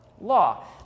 law